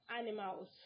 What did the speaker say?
animals